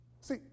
See